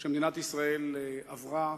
שמדינת ישראל עברה